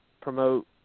promote